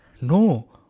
no